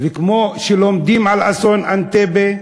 וכמו שלומדים על אסון אנטבה,